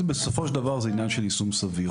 בסופו של דבר כל זה הוא עניין של יישום סביר.